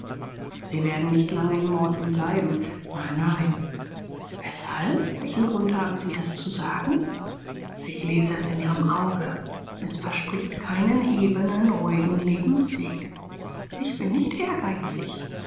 sie werden nicht lange in morton bleiben nein nein weshalb welchen grund haben sie das zu sagen ich lese es in ihrem auge es verspricht keinen ebenen ruhigen lebensweg ich bin nicht ehrgeizig